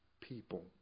people